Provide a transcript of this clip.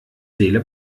seele